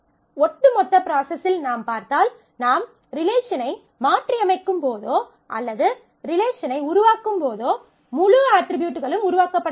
ஒட்டு மொத்த ப்ராசஸில் நாம் பார்த்தால் நாம் ரிலேஷனை மாற்றியமைக்கும்போதோ அல்லது ரிலேஷனை உருவாக்கும்போதோ முழு அட்ரிபியூட்களும் உருவாக்கப்பட வேண்டும்